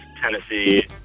Tennessee